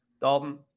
Dalton